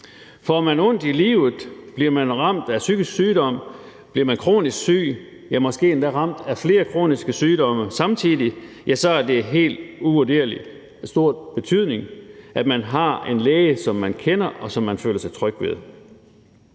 Får man ondt i livet, bliver man ramt af psykisk sygdom, bliver man kronisk syg, ja, måske endda ramt af flere kroniske sygdomme samtidig, så er det helt uvurderligt og af stor betydning, at man har en læge, som man kender, og som man føler sig tryg ved.